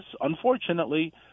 unfortunately